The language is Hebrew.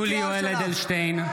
(קורא בשמות חברי הכנסת) יולי יואל אדלשטיין,